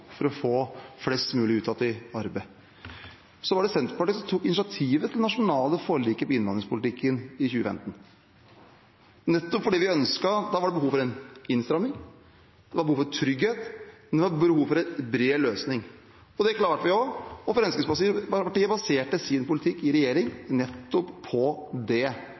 for å få flest mulig ut igjen i arbeid. Det var Senterpartiet som tok initiativet til det nasjonale forliket om innvandringspolitikken i 2015, nettopp fordi vi ønsket det. Da var det behov for en innstramming, det var behov for trygghet, det var behov for en bred løsning. Det klarte vi også, og Fremskrittspartiet baserte sin politikk i regjering nettopp på det